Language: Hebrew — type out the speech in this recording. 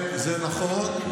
זה נכון.